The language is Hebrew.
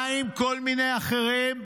מה עם כל מיני אחרים?